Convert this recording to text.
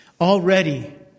Already